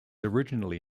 originally